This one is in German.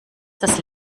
das